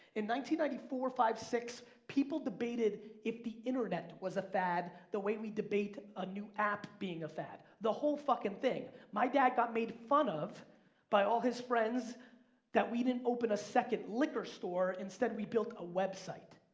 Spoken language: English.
ninety ninety four, five, six, people debated if the internet was a fad the way we debate a new app being a fad. the whole fucking thing. my dad got made fun of by all his friends that we didn't open a second liquor store, instead we built a website.